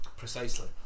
precisely